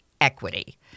equity